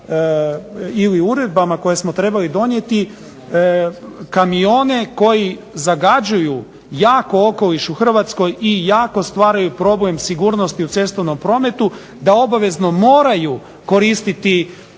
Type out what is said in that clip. ili uredbama koje smo trebali donijeti kamione koji zagađuju jako okoliš u Hrvatskoj i jako stvaraju problem sigurnosti u cestovnom prometu da obavezno moraju koristiti